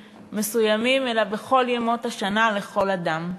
מסוימים אלא בכל ימות השנה ולכל אדם.